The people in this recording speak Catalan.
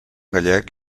gallec